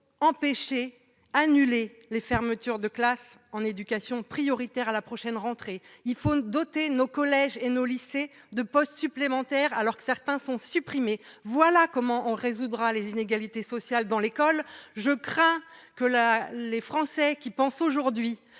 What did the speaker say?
proposé, les fermetures de classes dans les zones d'éducation prioritaire à la prochaine rentrée. Il faut doter nos collèges et lycées de postes supplémentaires, alors que certains sont supprimés. Voilà comment on résoudra les inégalités sociales dans l'école ! Je crains que les Français qui pensent aujourd'hui